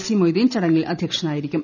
C Moideen ചടങ്ങിൽ അധ്യക്ഷനായിരിക്കും